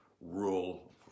rule